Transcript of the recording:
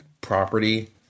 property